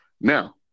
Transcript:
Now